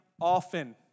often